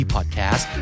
Podcast